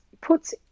puts